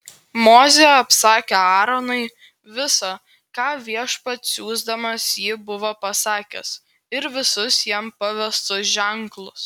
mozė apsakė aaronui visa ką viešpats siųsdamas jį buvo pasakęs ir visus jam pavestus ženklus